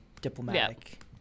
diplomatic